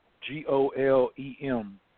G-O-L-E-M